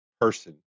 person